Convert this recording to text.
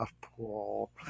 pool